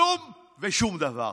כלום ושום דבר.